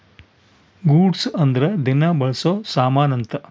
goods ಅಂದ್ರ ದಿನ ಬಳ್ಸೊ ಸಾಮನ್ ಅಂತ